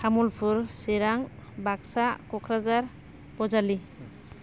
Tamulpur Chirang Baksa Kokrajhar Bajali